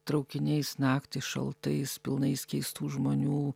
traukiniais naktį šaltais pilnais keistų žmonių